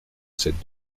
cette